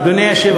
עכשיו כולם בהלם.